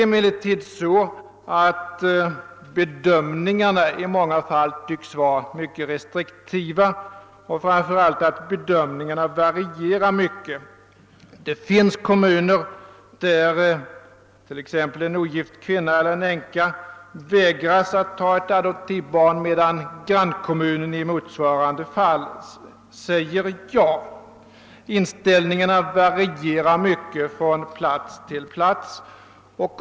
Emellertid tycks bedömningarna i många fall vara mycket restriktiva och framför allt mycket varierande. Det finns kommuner där en ogift kvinna eller en änka vägras att ta ett adoptivbarn, medan grannkommunen i motsvarande fall säger ja. Inställningen varierar alltså mycket från plats till plats.